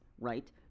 Right